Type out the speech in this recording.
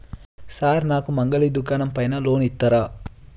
Sir నాకు మంగలి దుకాణం పైన లోన్ ఇత్తరా?